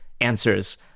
answers